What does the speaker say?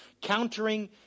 countering